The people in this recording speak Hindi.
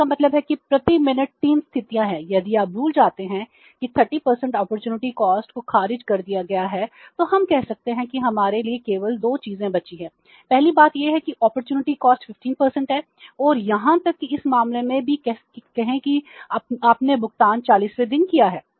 तो इसका मतलब है कि प्रति मिनट 3 स्थितियां हैं यदि आप भूल जाते हैं कि 30 अपॉर्चुनिटी कॉस्ट 15 है और यहां तक कि इस मामले में भी कहें कि आपने भुगतान 40 वें दिन किया है